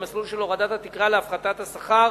או במסלול של הורדת התקרה להפחתת השכר